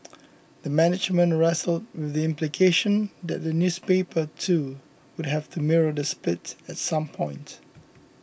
the management wrestled with the implication that the newspaper too would have to mirror the split at some point